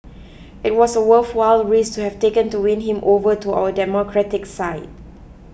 it was a worthwhile risk to have taken to win him over to our democratic side